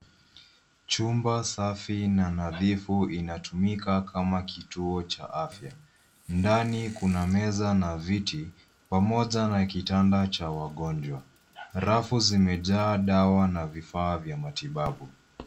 Chumba safi na nadhifu inatumika kama kituo cha afya. Ndani kuna meza na viti, pamoja na kitanda cha wagonjwa. Rafu zimejaa dawa na vifaa vya matibabu.